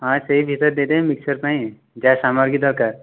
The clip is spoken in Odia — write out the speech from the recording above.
ହଁ ସେଇ ଭିତରେ ଦେଇଦେବେ ମିକ୍ସଚର ପାଇଁ ଯାହା ସାମଗ୍ରୀ ଦରକାର